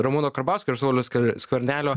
ramūno karbauskio ir sauliaus skvernelio